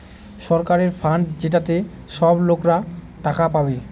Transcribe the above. সরকারের ফান্ড যেটাতে সব লোকরা টাকা পাবে